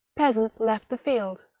peasants left the fields,